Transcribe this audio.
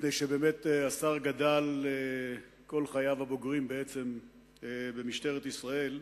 מפני שבאמת השר גדל כל חייו הבוגרים במשטרת ישראל.